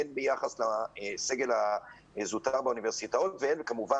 הן ביחס לסגל הזוטר באוניברסיטאות והן כמובן